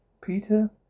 Peter